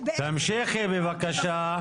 תמשיכי בבקשה.